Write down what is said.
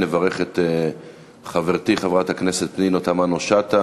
נברך את חברתי חברת הכנסת פנינה תמנו-שטה